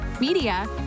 media